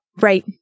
Right